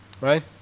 Right